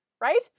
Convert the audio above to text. Right